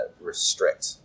restrict